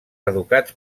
educats